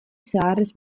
zaharrez